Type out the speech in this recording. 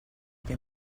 che